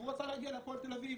הוא רצה להגיע להפועל תל אביב.